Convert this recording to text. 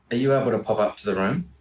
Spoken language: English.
you able to pop up to the room?